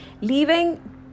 Leaving